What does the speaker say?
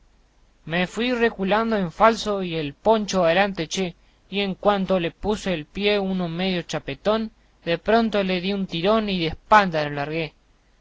me fui reculando en falso y el poncho adelante eché y en cuanto le puso el pie uno medio chapetón de pronto le di un tirón y de espaldas lo largué